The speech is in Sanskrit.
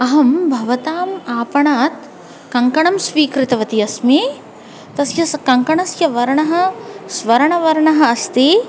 अहं भवताम् आपणात् कङ्कणं स्वीकृतवती अस्मि तस्य स कङ्कणस्य वर्णः स्वर्णवर्णः अस्ति